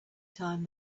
time